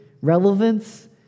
relevance